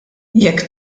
jekk